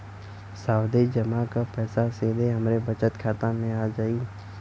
सावधि जमा क पैसा सीधे हमरे बचत खाता मे आ जाई?